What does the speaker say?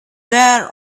there